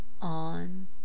on